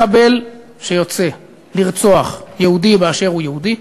מחבל שיוצא לרצוח יהודי באשר הוא יהודי,